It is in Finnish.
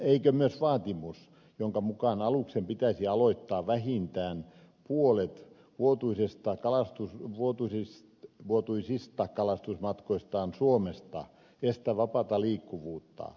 eikö myös vaatimus jonka mukaan aluksen pitäisi aloittaa vähintään puolet vuotuisista kalastusmatkoistaan suomesta estä vapaata liikkuvuutta